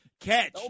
Catch